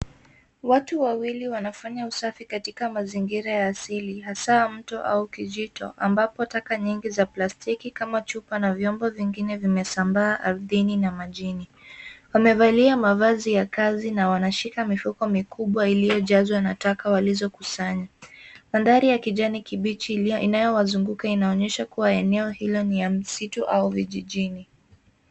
Watu wawili wanafanya usafi katika mazingira ya asili hasa mto au kijito ambapo taka nyingi za plastiki kama chupa na vyombo vingine vimesambaa ardhini na majini. Wamevalia mavazi ya kazi na wanashika mifuko mikubwa iliyojazwa na taka walizokusanya. Mandhari ya kijani kibichi inayowazunguka inaonyesha eneo hilo ni ya msitu au vijijini.